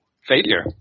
failure